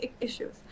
issues